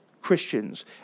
Christians